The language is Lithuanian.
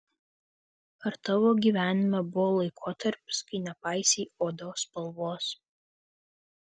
ar tavo gyvenime buvo laikotarpis kai nepaisei odos spalvos